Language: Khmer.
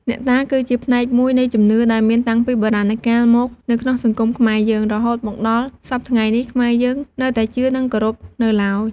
អ្នកតាគឺជាផ្នែកមួយនៃជំនឿ ដែលមានតាំងពីបុរាណកាលមកនៅក្នុងសង្គមខ្មែរយើង រហូតមកដល់សព្វថ្ងៃនេះខ្មែរយើងនៅតែជឿនិងគោរពនូវឡើយ។